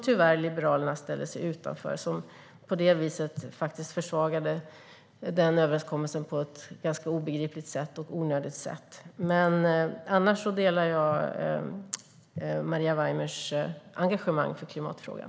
Tyvärr ställde sig Liberalerna utanför överenskommelsen och försvagade den därigenom på ett ganska obegripligt och onödigt sätt. Men annars delar jag Maria Weimers engagemang för klimatfrågan.